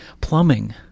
plumbing